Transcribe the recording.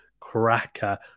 cracker